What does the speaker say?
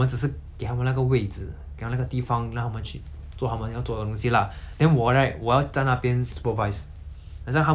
做他们要做的东西 lah then 我 right 我要在那边 supervise 好像他们需要什么我会帮他们拿他们需要这个我帮他做